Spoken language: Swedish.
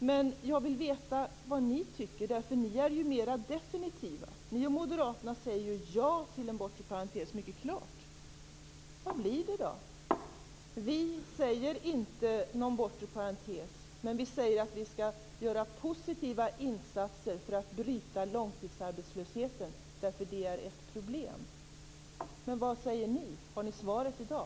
Men jag vill veta vad ni tycker. Ni är mer definitiva. Ni och Moderaterna säger klart ja till en bortre parentes. Hur blir det? Vi säger inte att det blir en bortre parentes, men vi säger att det skall göras positiva insatser för att bryta långtidsarbetslösheten. Det är ett problem. Vad säger ni? Har ni svaret i dag?